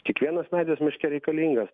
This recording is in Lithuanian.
kiekvienas medis miške reikalingas